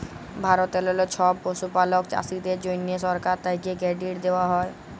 ভারতেললে ছব পশুপালক চাষীদের জ্যনহে সরকার থ্যাকে কেরডিট দেওয়া হ্যয়